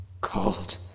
cold